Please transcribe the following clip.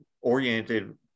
oriented